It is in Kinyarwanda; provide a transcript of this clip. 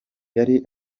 yari